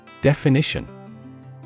Definition